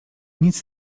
nic